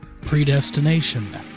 Predestination